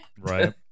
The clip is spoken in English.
right